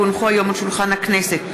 כי הונחו היום על שולחן הכנסת,